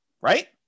right